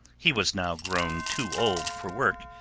he was now grown too old for work,